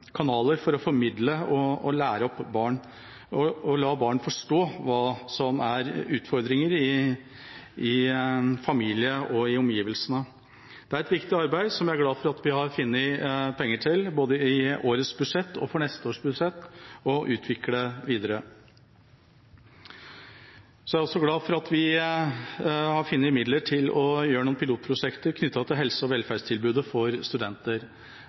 kanaler for å formidle og lære opp barn og la barn forstå hva som er utfordringer i familien og i omgivelsene. Det er et viktig arbeid som jeg er glad for at vi har funnet penger til, både i årets budsjett og for neste års budsjett, for å utvikle videre. Så er jeg også glad for at vi har funnet midler til å gjøre noen pilotprosjekter knyttet til helse- og velferdstilbudet for studenter.